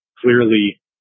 Clearly